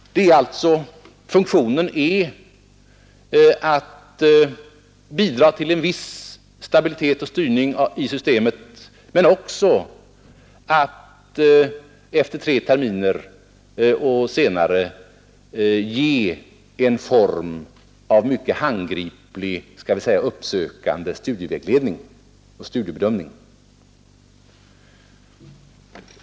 Funktionen hos dessa krav är alltså att bidra till en viss stabilitet och styrning i systemet men också att efter tre terminer och senare ge en form av mycket handgriplig uppsökande studievägledning och studiebedömning.